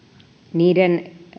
niiden